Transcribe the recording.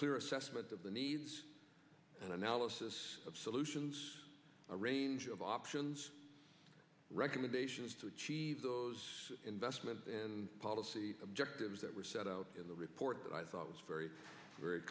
clear assessment of the needs an analysis of solutions a range of options recommendations to achieve those investments and policy objectives that were set out in the report that i thought was very very